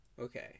Okay